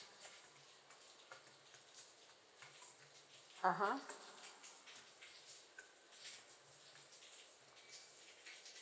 (uh huh)